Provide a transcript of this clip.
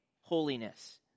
holiness